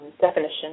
definition